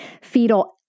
Fetal